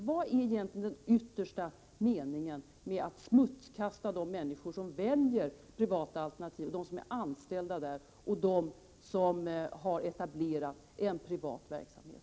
Vad är egentligen den yttersta meningen med att smutskasta de människor som väljer privata alternativ, dem som är anställda i det privata och dem som har etablerat en privat verksamhet?